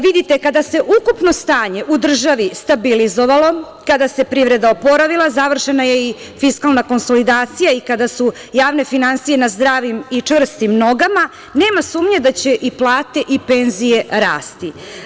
Vidite, kada se ukupno stanje u državi stabilizovalo, kada se privreda oporavila, završena je i fiskalna konsolidacije i kada su javne finansije na zdravim i čvrstim nogama, nema sumnje da će i plate i penzije rasti.